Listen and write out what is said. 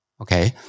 Okay